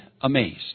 amazed